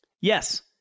Yes